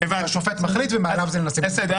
אז את זה אתם צריכים בעצם לברר.